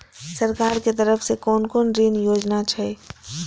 सरकार के तरफ से कोन कोन ऋण योजना छै?